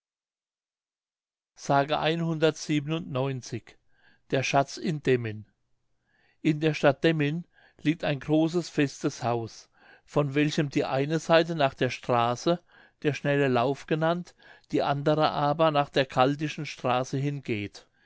der schatz in demmin in der stadt demmin liegt ein großes festes haus von welchem die eine seite nach der straße der schnelle lauf genannt die andere aber nach der kahldischen straße hin